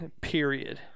period